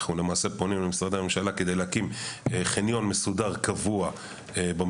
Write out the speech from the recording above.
אנחנו למעשה פונים למשרדי הממשלה על מנת להקים חניון מסודר וקבוע במתחם.